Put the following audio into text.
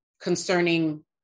concerning